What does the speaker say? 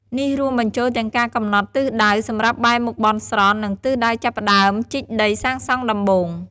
នេះរួមបញ្ចូលទាំងការកំណត់ ទិសដៅ សម្រាប់បែរមុខបន់ស្រន់ និងទិសដៅចាប់ផ្តើមជីកដីសាងសង់ដំបូង។